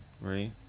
Right